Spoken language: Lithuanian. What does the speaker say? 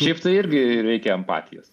šiaip tai irgi reikia empatijos